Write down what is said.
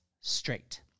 straight